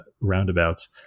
roundabouts